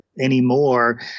anymore